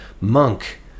monk